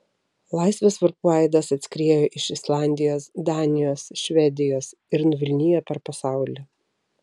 laisvės varpų aidas atskriejo iš islandijos danijos švedijos ir nuvilnijo per pasaulį